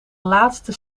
laatste